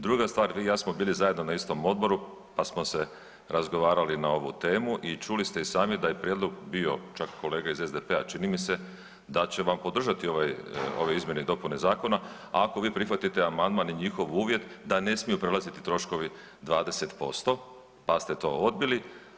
Druga stvar, vi i ja smo bili zajedno na istom odboru, pa smo se razgovarali na ovu temu i čuli ste i sami da je prijedlog bio čak kolege iz SDP-a čini mi se da će vam podržati ove izmjene i dopune zakona ako vi prihvatite amandman i njihov uvjet da ne smiju prelaziti troškovi 20%, pa ste to odbili.